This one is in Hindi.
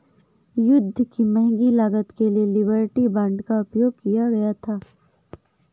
युद्ध की महंगी लागत के लिए लिबर्टी बांड का उपयोग किया गया था